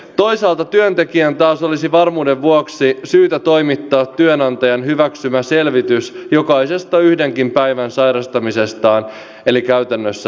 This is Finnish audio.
toisaalta työntekijän taas olisi varmuuden vuoksi syytä toimittaa työnantajan hyväksymä selvitys jokaisesta yhdenkin päivän sairastamisestaan eli käytännössä lääkärintodistus